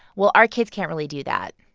well, our kids can't really do that.